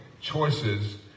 choices